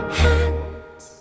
hands